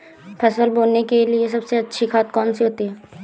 फसल बोने के लिए सबसे अच्छी खाद कौन सी होती है?